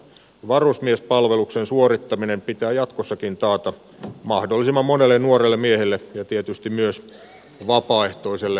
varusmiespalveluksen suorittaminen pitää jatkossakin taata mahdollisimman monelle nuorelle miehelle ja tietysti myös vapaaehtoiselle naiselle